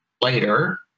later